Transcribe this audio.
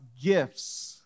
gifts